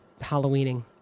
Halloweening